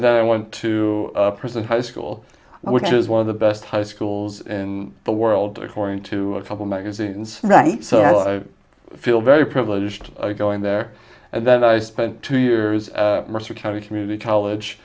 and i want to present high school which is one of the best high schools in the world according to a couple magazines right so i feel very privileged going there and that i spent two years mercer county community college